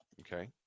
okay